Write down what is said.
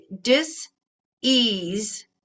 dis-ease